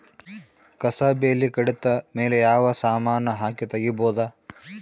ಕಸಾ ಬೇಲಿ ಕಡಿತ ಮೇಲೆ ಯಾವ ಸಮಾನ ಹಾಕಿ ತಗಿಬೊದ?